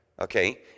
okay